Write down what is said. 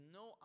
no